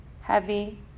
heavy